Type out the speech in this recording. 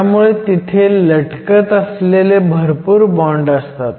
त्यामुळे तिथे लटकत असलेले भरपूर बॉण्ड असतात